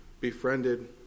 befriended